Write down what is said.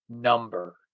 number